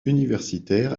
universitaire